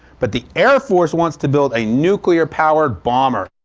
but the air force wants to build a nuclear-powered bomber!